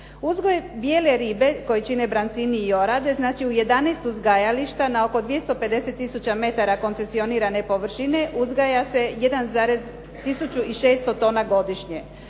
Uzgoj bijele ribe koju čine brancin i orade, znači u 11 uzgajališta na oko 250000 metara koncesionirane površine uzgaja se 1600 tona godišnje.